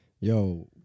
Yo